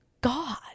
God